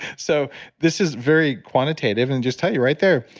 so this is very quantitative and just tell you right there,